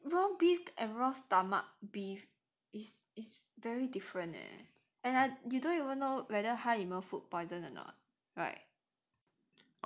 as in raw beef and raw stomach beef is is very different leh and I you don't even know whether 他有没有 food poison or not right